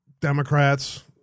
Democrats